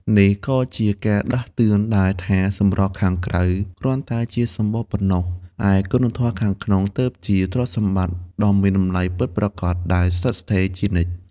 នេះក៏ជាការដាស់តឿនដែរថា សម្រស់ខាងក្រៅគ្រាន់តែជាសំបកប៉ុណ្ណោះ ឯគុណធម៌ខាងក្នុងទើបជាទ្រព្យដ៏មានតម្លៃពិតប្រាកដ ដែលស្ថិតស្ថេរជានិច្ច។